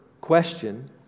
question